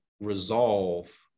resolve